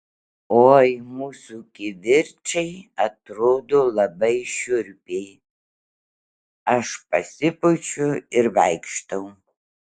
oi mūsų kivirčai atrodo labai šiurpiai aš pasipučiu ir vaikštau